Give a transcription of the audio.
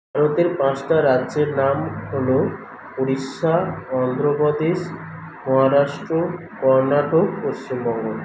ভারতের পাঁচটা রাজ্যের নাম হলো উড়িষ্যা অন্ধ্রপ্রদেশ মহারাষ্ট্র কর্ণাটক পশ্চিমবঙ্গ